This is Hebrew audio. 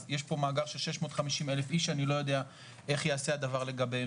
אז יש פה מאגר של 650,000 איש שאני לא יודע איך ייעשה הדבר לגביהם.